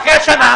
-- אחרי שנה,